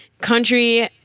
country